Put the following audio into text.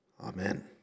amen